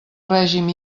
règim